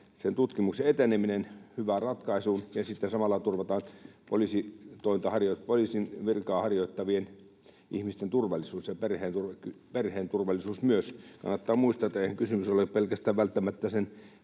sen tutkimuksen eteneminen hyvään ratkaisuun ja sitten samalla turvataan poliisin virkaa harjoittavien ihmisten turvallisuus ja myös perheen turvallisuus. Kannattaa muistaa, että eihän kysymys ole välttämättä